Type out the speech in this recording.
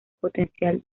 potencial